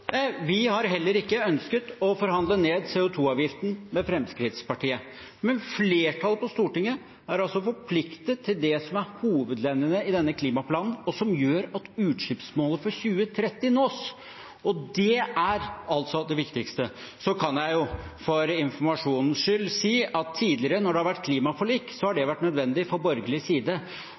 Vi har heller ikke ønsket å forhandle ned CO 2 -avgiften med Fremskrittspartiet. Men flertallet på Stortinget har altså forpliktet seg på det som er hovedlinjene i denne klimaplanen, og som gjør at utslippsmålet for 2030 nås. Det er altså det viktigste. Så kan jeg jo for informasjonens skyld si: Tidligere, når det har vært klimaforlik, har det vært nødvendig for borgerlig side